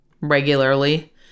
regularly